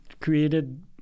created